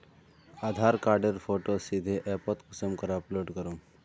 आधार कार्डेर फोटो सीधे ऐपोत कुंसम करे अपलोड करूम?